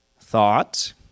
thought